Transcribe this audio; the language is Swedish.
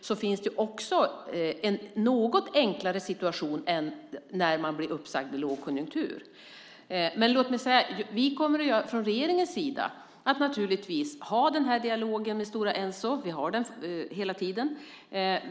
Det innebär att det blir en något enklare situation än när man blir uppsagd i lågkonjunktur. Från regeringens sida kommer vi naturligtvis att ha dialogen med Stora Enso. Vi har den hela tiden.